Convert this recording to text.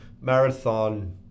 marathon